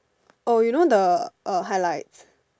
oh you know the uh highlights